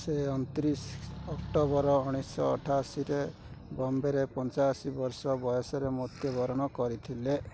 ସେ ଅଣତିରିଶ ଅକ୍ଟୋବର ଉଣେଇଶହ ଅଠାଅଶୀରେ ବମ୍ବେରେ ପଞ୍ଚା ବର୍ଷ ବୟସରେ ମୃତ୍ୟୁବରଣ କରିଥିଲେ